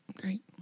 Great